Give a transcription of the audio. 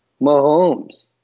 Mahomes